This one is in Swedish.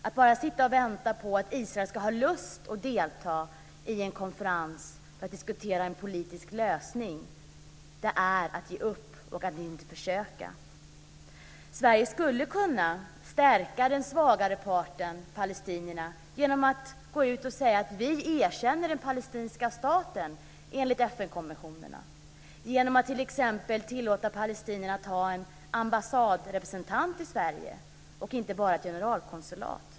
Att bara sitta och vänta på att Israel ska ha lust att delta i en konferens för att diskutera en politisk lösning är att ge upp och att inte försöka. Sverige skulle kunna stärka den svagare parten, palestinierna, genom att gå ut och säga att man erkänner den palestinska staten enligt FN konventionerna och genom att t.ex. tillåta palestinierna att ha en ambassadrepresentant i Sverige och inte bara ett generalkonsulat.